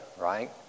right